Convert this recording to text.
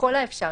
ככל האפשר,